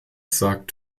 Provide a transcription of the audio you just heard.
sagt